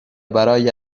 برای